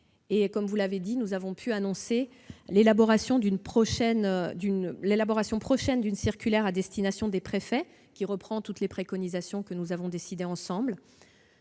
sur le supportérisme. Nous avons pu annoncer l'élaboration prochaine d'une circulaire à destination des préfets, qui reprend toutes les préconisations que nous avons décidées ensemble.